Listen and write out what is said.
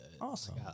Awesome